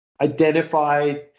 identified